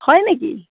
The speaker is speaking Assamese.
হয় নেকি